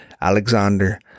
Alexander